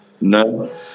no